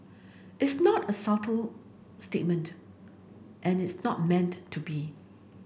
it's not a subtle statement and it's not meant to be